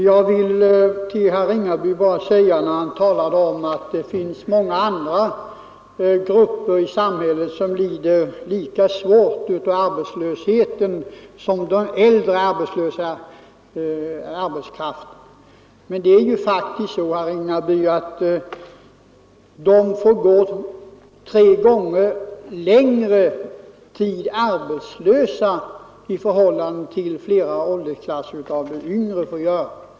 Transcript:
Fru talman! Herr Ringaby talade om att det finns många andra grupper i samhället som lider lika svårt av arbetslösheten som den äldre arbetskraften. Men det är faktiskt så, herr Ringaby, att de äldre får gå arbetslösa tre gånger längre tid än vad de yngre får göra.